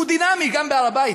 הוא דינמי גם בהר-הבית,